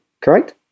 correct